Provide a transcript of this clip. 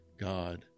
God